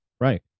right